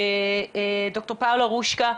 ד"ר פאולה רושקה,